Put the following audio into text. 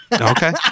Okay